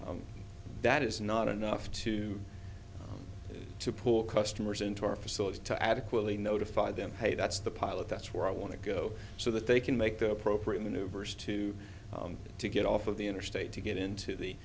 traffic that is not enough to to pull customers into our facilities to adequately notify them hey that's the pilot that's where i want to go so that they can make the appropriate maneuvers to to get off of the interstate to get into the